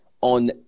on